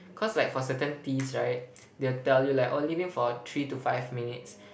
cause like for certain teas right they will tell you like oh leave in for three to five minutes